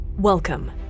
Welcome